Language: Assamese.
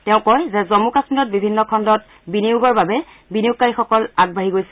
তেওঁ কয় যে জম্ম কাম্মীৰত বিভিন্ন খণ্ডত বিনিয়োগৰ বাবে বিনিয়োগকাৰীসকলে আগবাঢ়ি গৈছে